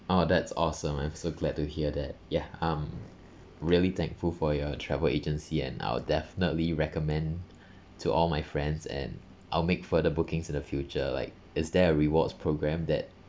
oh that's awesome I am so glad to hear that ya I'm really thankful for your travel agency and I'll definitely recommend to all my friends and I'll make further bookings in the future like is there a rewards program that